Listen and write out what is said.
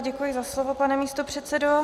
Děkuji za slovo, pane místopředsedo.